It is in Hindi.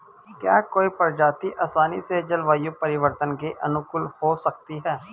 क्या कोई प्रजाति आसानी से जलवायु परिवर्तन के अनुकूल हो सकती है?